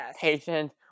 patient